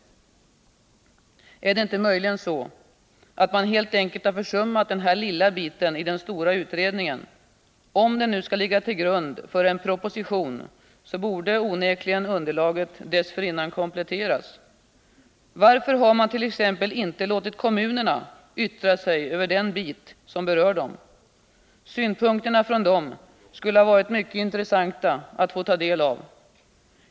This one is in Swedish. Är det inte möjligen så, att man helt enkelt har försummat den här lilla biten i den stora utredningen? Om denna nu skall ligga till grund för en proposition borde onekligen underlaget dessförinnan kompletteras. Varför har man dåt.ex. inte låtit kommunerna yttra sig över den bit som berör dem? Synpunkterna från kommunerna skulle ha varit mycket intressanta att få ta del av.